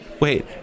Wait